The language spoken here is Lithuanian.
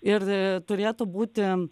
ir turėtų būti